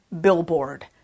billboard